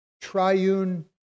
triune